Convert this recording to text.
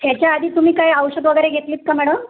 ह्याच्या आधी तुम्ही काय औषध वगैरे घेतली आहेत का मॅडम